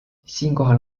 siinkohal